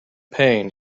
pain